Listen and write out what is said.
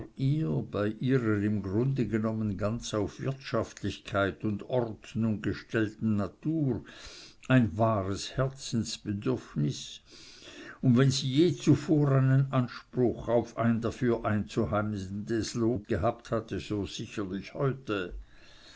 ihr bei ihrer im grunde genommen ganz auf wirtschaftlichkeit und ordnung gestellten natur ein wahres herzensbedürfnis und wenn sie je zuvor einen anspruch auf ein dafür einzuheimsendes lob gehabt hatte so sicherlich heute